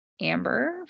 amber